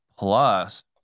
plus